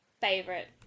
Favorite